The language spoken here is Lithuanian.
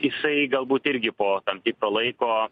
jisai galbūt irgi po tam tikro laiko